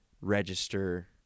register